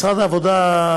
משרד העבודה,